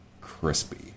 crispy